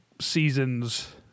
seasons